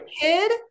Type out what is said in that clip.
kid